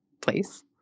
place